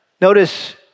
Notice